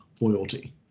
loyalty